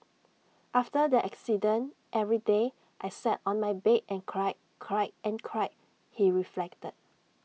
after the accident every day I sat on my bed and cried cried and cried he reflected